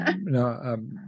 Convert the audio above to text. no